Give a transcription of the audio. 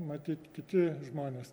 matyt kiti žmonės